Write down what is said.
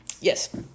Yes